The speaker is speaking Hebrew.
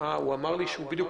שמתקיימת